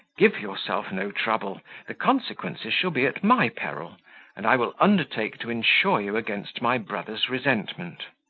give yourself no trouble the consequences shall be at my peril and i will undertake to insure you against my brother's resentment.